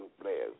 players